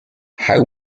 how